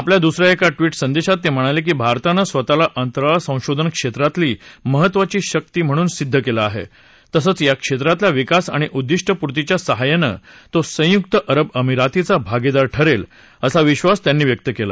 आपल्या दुसऱ्या एका ट्विट संदेशात ते म्हणाले की भारतानं स्वतःला अंतराळ संशोधन क्षेत्रातली महत्त्वाची शक्ती म्हणून सिद्ध केलं आहे तसंच या क्षेत्रातल्या विकास आणि उद्दिष्टपूर्तीच्या सहाय्यानं तो संयुक्त अख अमिरातीचा भागीदार ठरेल असा विक्षास त्यांनी व्यक्त केला